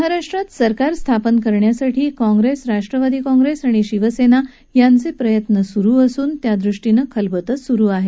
महाराष्ट्रात सरकार स्थापन करण्यासाठी काँग्रेस राष्ट्रवादी काँग्रेस आणि शिवसेना यांचे प्रयत्न सुरु असून त्यादृष्टीनं खलबतं सुरु आहेत